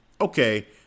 Okay